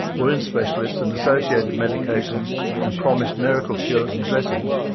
wound specialists and associated medications and promised miracle cures and dressings,